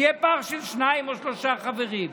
של שניים או שלושה חברים.